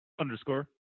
underscore